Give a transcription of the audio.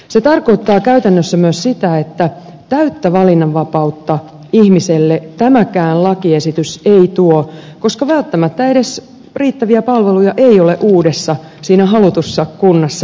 se tarkoittaa käytännössä myös sitä että täyttä valinnanvapautta ihmiselle tämäkään lakiesitys ei tuo koska välttämättä edes riittäviä palveluja ei ole uudessa siinä halutussa kunnassa saatavilla